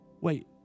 Wait